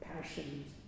passions